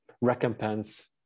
recompense